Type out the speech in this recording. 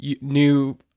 new